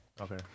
Okay